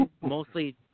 mostly